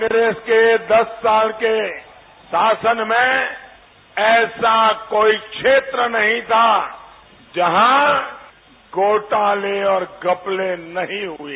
कांग्रेस के दस साल के शासन में ऐसा कोई क्षेत्र नहीं था जहां घोटाले और घपले नहीं हुए